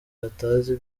batazi